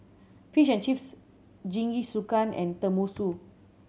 Fish and Chips Jingisukan and Tenmusu